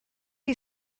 chi